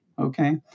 Okay